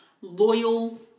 loyal